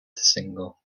single